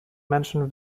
menschen